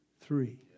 three